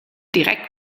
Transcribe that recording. direkt